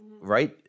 right